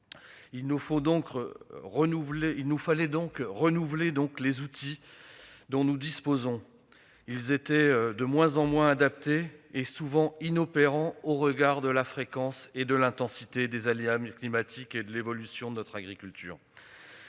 Il nous fallait renouveler les outils dont nous disposions, de moins en moins adaptés et souvent inopérants au regard de la fréquence et de l'intensité des aléas climatiques et de l'évolution de notre agriculture.